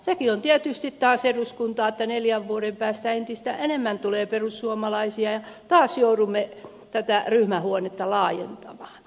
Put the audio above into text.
sekin on tietysti taas demokratiaa että neljän vuoden päästä entistä enemmän tulee perussuomalaisia ja taas joudumme ryhmähuonetta laajentamaan